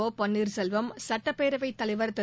ஒ பன்னீர்செல்வம் சட்டப்பேரவைத் தலைவர் திரு